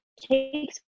takes